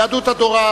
יהדות התורה,